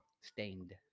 Stained